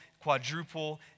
quadruple